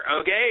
okay